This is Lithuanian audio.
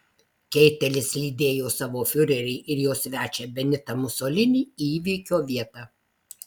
keitelis lydėjo savo fiurerį ir jo svečią benitą musolinį į įvykio vietą